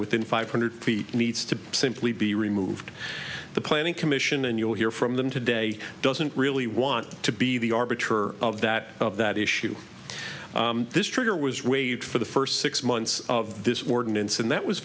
within five hundred feet needs to simply be removed the planning commission and you'll hear from them today doesn't really want to be the arbiter of that of that issue this trigger was waived for the first six months of this warden in sin that was